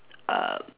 uh